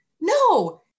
no